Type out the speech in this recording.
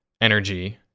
energy